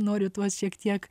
noriu tuos šiek tiek